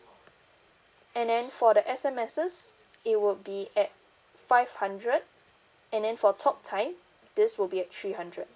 and then for the S_M_Ss it would be at five hundred and then for talk time this will be at three hundred